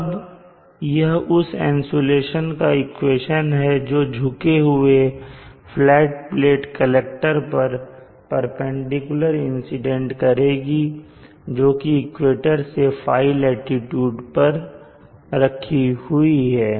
अब यह उस इंसुलेशन का इक्वेशन है जो झुके हुए फ्लैट प्लेट कलेक्टर पर परपेंडिकुलर इंसीडेंट करेगी जोकि इक्वेटर से ϕ लाटीट्यूड पर रखी हुई है